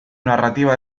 narrativa